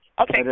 Okay